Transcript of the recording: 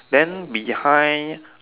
then behind